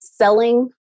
selling